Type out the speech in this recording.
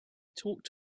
talked